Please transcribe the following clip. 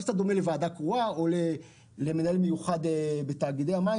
זה קצת דומה לוועדה קרואה או למנהל מיוחד בתאגידי המים.